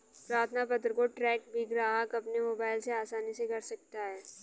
प्रार्थना पत्र को ट्रैक भी ग्राहक अपने मोबाइल से आसानी से कर सकता है